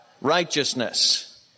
righteousness